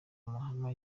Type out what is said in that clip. amahame